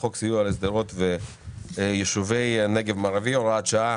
חוק סיוע לשדרות וליישובי הנגב המערבי (הוראת שעה)